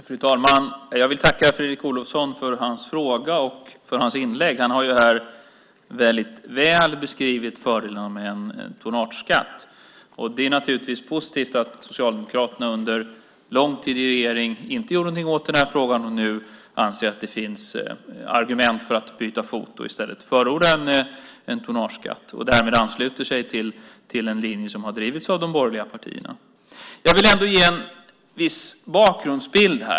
Fru talman! Jag vill tacka Fredrik Olovsson för hans fråga och för hans inlägg. Han har ju här väldigt väl beskrivit fördelarna med en tonnageskatt. Det är naturligtvis positivt att Socialdemokraterna efter att under lång tid i regering inte ha gjort något åt den här frågan nu anser att det finns argument för att byta fot och i stället förorda en tonnageskatt och därmed ansluta sig till en linje som har drivits av de borgerliga partierna. Jag vill ändå ge en viss bakgrundsbild här.